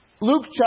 Luke